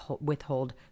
withhold